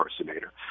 impersonator